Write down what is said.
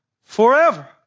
forever